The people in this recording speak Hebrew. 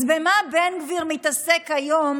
אז במה בן גביר מתעסק היום